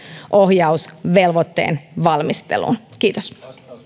ohjausvelvoitteen valmisteluun kiitos